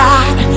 God